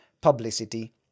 publicity